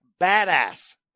badass